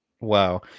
Wow